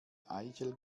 eichel